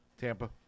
Tampa